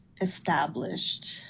established